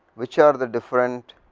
which are the different